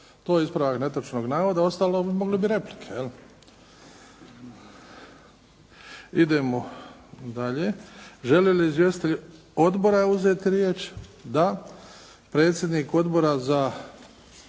To je ispravak netočnog navoda, ostalo mogli bi replike. Idemo dalje. Žele li izvjestitelji odbora uzeti riječ? Da. Predsjednik Odbora za